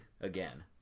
again